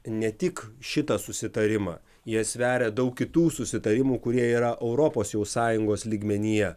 ne tik šitą susitarimą jie sveria daug kitų susitarimų kurie yra europos jau sąjungos lygmenyje